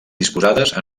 disposades